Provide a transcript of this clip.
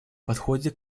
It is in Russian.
подходе